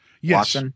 Yes